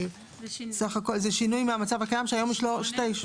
אלה שינויים מהמצב הקיים שהיום יש לו שתי כהונות.